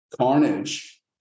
carnage